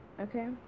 Okay